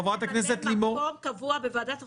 ממלא-מקום קבוע בוועדת החוקה,